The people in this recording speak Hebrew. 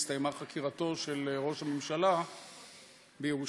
הסתיימה חקירתו של ראש הממשלה בירושלים.